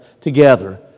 together